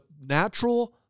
natural